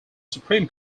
supreme